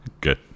Good